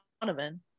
Donovan